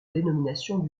dénomination